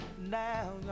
Now